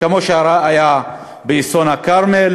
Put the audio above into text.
כמו שהיה באסון הכרמל,